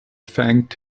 thanked